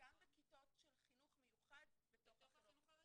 גם בכיתות של חינוך מיוחד בתוך החינוך הרגיל.